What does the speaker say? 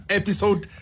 episode